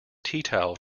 teatowel